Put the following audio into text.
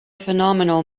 phenomenal